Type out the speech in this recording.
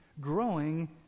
growing